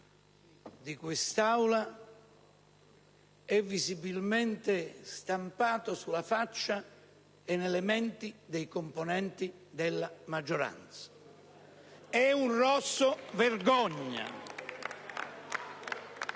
di quest'Aula è visibilmente stampato sulla faccia e nelle menti dei componenti della maggioranza. *(Applausi dal